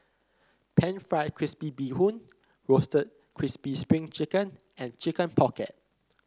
pan fried crispy Bee Hoon Roasted Crispy Spring Chicken and Chicken Pocket